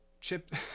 Chip